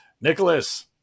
Nicholas